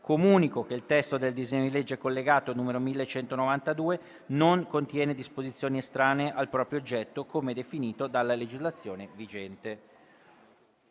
comunico che il testo del disegno di legge collegato n. 1192 non contiene disposizioni estranee al proprio oggetto come definito dalla legislazione vigente.